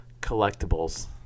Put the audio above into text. collectibles